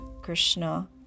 Krishna